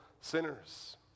sinners